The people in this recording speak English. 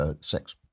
six